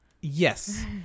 Yes